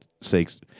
sakes